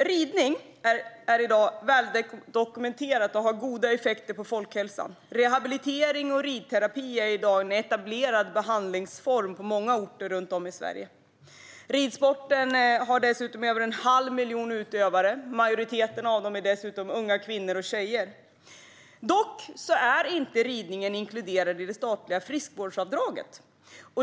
Att ridning har goda effekter på folkhälsan är väldokumenterat. Rehabilitering och ridterapi är i dag en etablerad behandlingsform på många orter runt om i Sverige. Ridsporten har dessutom över en halv miljon utövare, varav majoriteten är unga kvinnor och tjejer. Dock är ridning inte inkluderad i det statliga friskvårdsavdraget.